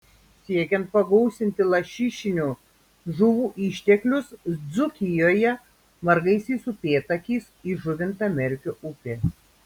siekiant pagausinti lašišinių žuvų išteklius dzūkijoje margaisiais upėtakiais įžuvinta merkio upė